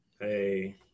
Hey